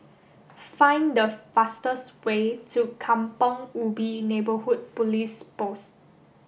find the fastest way to Kampong Ubi Neighbourhood Police Post